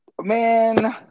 Man